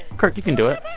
kirk, you can do it